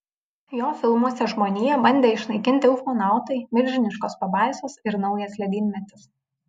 jo filmuose žmoniją bandė išnaikinti ufonautai milžiniškos pabaisos ir naujas ledynmetis